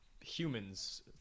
humans